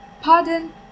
pardon